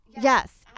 Yes